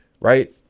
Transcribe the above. right